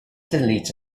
delete